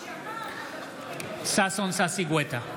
בעד ששון ששי גואטה,